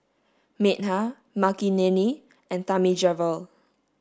Medha Makineni and Thamizhavel